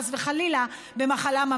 חס וחלילה,